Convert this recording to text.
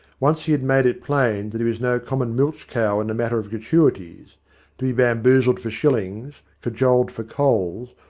once he had made it plain that he was no common milch-cow in the matter of gratuities to be bamboozled for shillings, cajoled for coals,